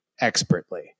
expertly